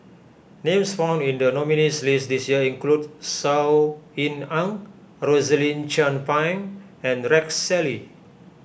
names found in the nominees' list this year include Saw Ean Ang Rosaline Chan Pang and Rex Shelley